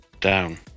Down